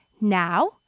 Now